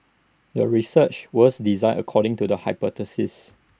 the research was designed according to the hypothesis